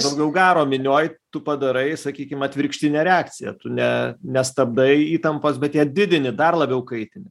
daugiau garo minioj tu padarai sakykim atvirkštinę reakciją tu ne nestabdai įtampos bet ją didini dar labiau kaitini